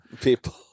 people